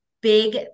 big